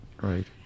right